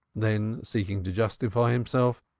then, seeking to justify himself,